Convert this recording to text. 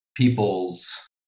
people's